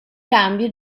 cambio